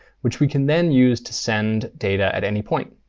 which we can then use to send data at any point.